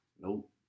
nope